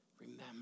remember